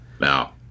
now